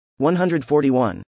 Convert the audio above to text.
141